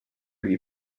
lui